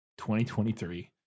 2023